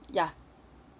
ya